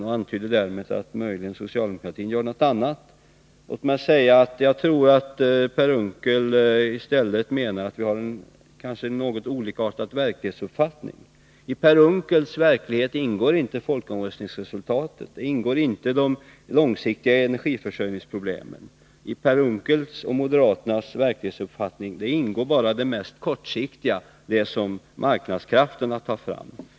Han antydde därmed att socialdemokraterna gör någonting annat. Låt mig säga att jag tror att Per Unckel i stället menar att vi har en kanske något olikartad verklighetsuppfattning. I Per Unckels verklighetsuppfattning ingår inte folkomröstningsresultatet och de långsiktiga energiförsörjningsproblemen. I Per Unckels och moderaternas verklighetsuppfattning ingår bara det mest kortsiktiga — det som marknadskrafterna tar fram.